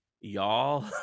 Y'all